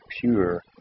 pure